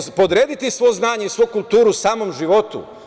U redu, podrediti svo znanje i svu kulturu samom životu.